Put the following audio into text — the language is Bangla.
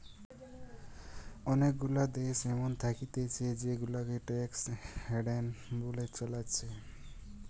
অনেগুলা দেশ এমন থাকতিছে জেগুলাকে ট্যাক্স হ্যাভেন বলে চালাচ্ছে